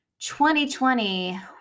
2020